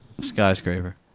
Skyscraper